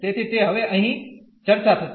તેથી તે હવે અહીં ચર્ચા થશે